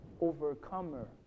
overcomer